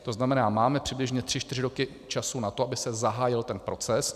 To znamená, máme přibližně tři čtyři roky času na to, aby se zahájil ten proces.